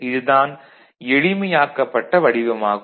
இதுதான் எளிமையாக்கப்பட்ட வடிவம் ஆகும்